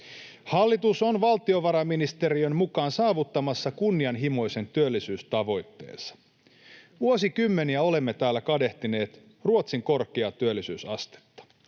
Hallitus on valtiovarainministeriön mukaan saavuttamassa kunnianhimoisen työllisyystavoitteensa. Vuosikymmeniä olemme täällä kadehtineet Ruotsin korkeaa työllisyysastetta.